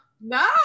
No